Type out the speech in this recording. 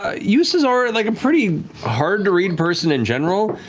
ah yussa's already like a pretty hard to read person in general,